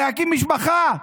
להקים משפחה.